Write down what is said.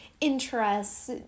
interests